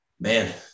Man